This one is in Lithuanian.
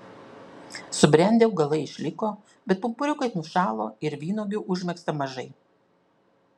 subrendę augalai išliko bet pumpuriukai nušalo ir vynuogių užmegzta mažai